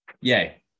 Yay